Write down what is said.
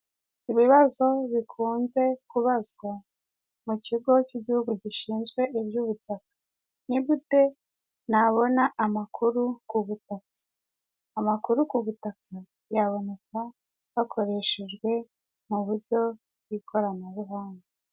Ibibazo bikunze kubazwa mu kigo cy'igihugu gishinzwe iby'ubutaka, ni gute nabona amakuru ku butaka? Amakuru ku butaka yaboneka hakoreshejwe mu buryo bw'ikoranabuhanga.